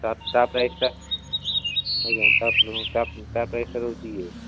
ତା' ପ୍ରାଇସ୍ଟା ଆଜ୍ଞା ତା' ତା' ପ୍ରାଇସ୍ଟା ରହୁଛି ଇଏ